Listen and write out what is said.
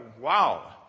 wow